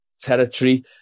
territory